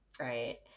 right